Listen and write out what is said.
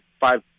five